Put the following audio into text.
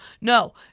No